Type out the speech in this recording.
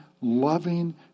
loving